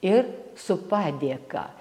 ir su padėka